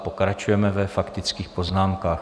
Pokračujeme ve faktických poznámkách.